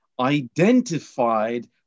identified